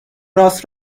راست